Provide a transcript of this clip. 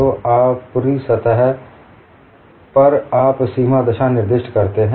तो ऊपरी सतह पर आप सीमा दशा निर्दिष्ट करते हैं